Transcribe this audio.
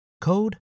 code